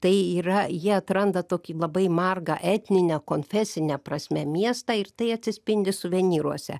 tai yra jie atranda tokį labai margą etnine konfesine prasme miestą ir tai atsispindi suvenyruose